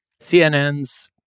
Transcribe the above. cnn's